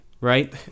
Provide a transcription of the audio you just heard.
right